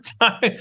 time